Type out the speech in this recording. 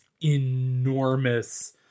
enormous